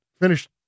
finished